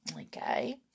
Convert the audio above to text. okay